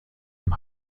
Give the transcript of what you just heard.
dem